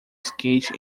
skate